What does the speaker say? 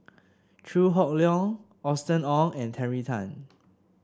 Chew Hock Leong Austen Ong and Terry Tan